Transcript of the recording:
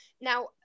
Now